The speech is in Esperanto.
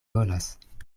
volas